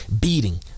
beating